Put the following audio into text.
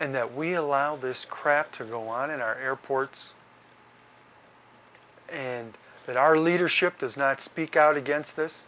that we allow this crap to go on in our airports and that our leadership does not speak out against this